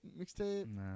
mixtape